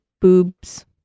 boobs